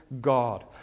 God